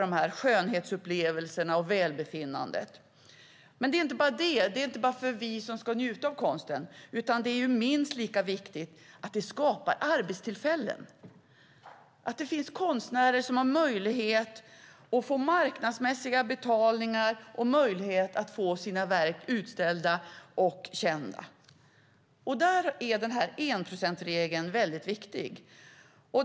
Det ger skönhetsupplevelser och skapar välbefinnande. Det är viktigt inte bara för oss som ska njuta av konsten, utan minst lika viktigt är att det skapar arbetstillfällen för konstnärer som får marknadsmässigt betalt och möjlighet att få sina verk utställda och kända. Där är enprocentsregeln mycket viktig.